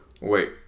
wait